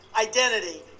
identity